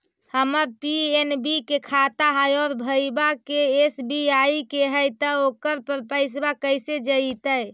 हमर पी.एन.बी के खाता है और भईवा के एस.बी.आई के है त ओकर पर पैसबा कैसे जइतै?